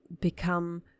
become